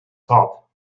top